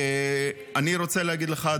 אני רוצה להגיד לך,